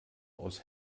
aus